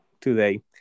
today